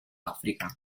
africa